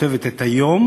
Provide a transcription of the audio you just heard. כותבת את היום,